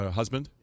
husband